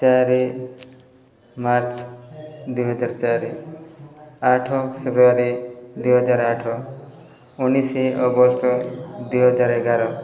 ଚାରି ମାର୍ଚ୍ଚ ଦୁଇହଜାର ଚାରି ଆଠ ଫେବୃଆରୀ ଦୁଇହଜାର ଆଠ ଉଣେଇଶ ଅଗଷ୍ଟ ଦୁଇହଜାର ଏଗାର